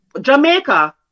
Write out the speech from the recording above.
Jamaica